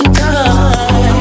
time